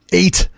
eight